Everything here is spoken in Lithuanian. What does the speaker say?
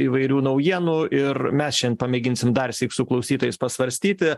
įvairių naujienų ir mes šian pamėginsim darsyk su klausytojais pasvarstyti